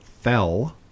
fell